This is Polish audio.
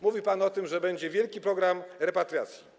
Mówi pan o tym, że będzie wielki program repatriacji.